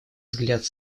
взгляд